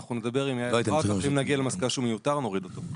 אם נגיע למסקנה שהוא מיותר, נוריד אותו .